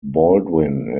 baldwin